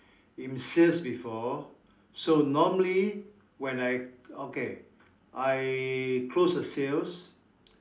in sales before so normally when I okay I close a sales